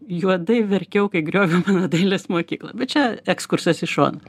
juodai verkiau kai griovė mano dailės mokyklą bet čia ekskursas į šoną